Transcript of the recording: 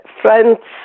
friends